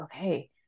okay